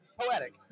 Poetic